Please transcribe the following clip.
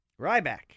Ryback